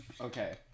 Okay